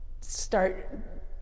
start